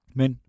men